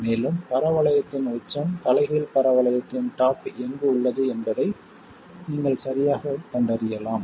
மேலும் பரவளையத்தின் உச்சம் தலைகீழ் பரவளையத்தின் டாப் எங்கு உள்ளது என்பதை நீங்கள் சரியாகக் கண்டறியலாம்